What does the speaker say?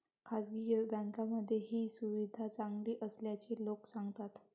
खासगी बँकांमध्ये ही सुविधा चांगली असल्याचे लोक सांगतात